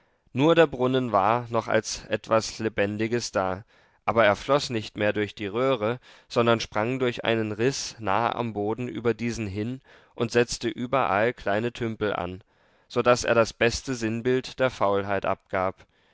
nur der brunnen war noch als etwas lebendiges da aber er floß nicht mehr durch die röhre sondern sprang durch einen riß nahe am boden über diesen hin und setzte überall kleine tümpel an so daß er das beste sinnbild der faulheit abgab